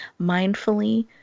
mindfully